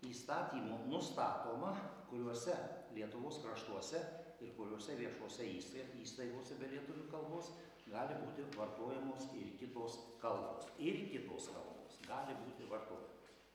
įstatymu nustatoma kuriuose lietuvos kraštuose ir kuriose viešose įsta įstaigose be lietuvių kalbos gali būti vartojamos ir kitos kalbos ir kitos kalbos gali būti vartojamos